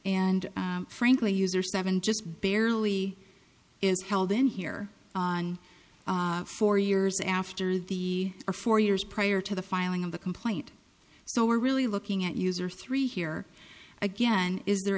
and frankly user seven just barely is held in here on four years after the or four years prior to the filing of the complaint so we're really looking at user three here again is there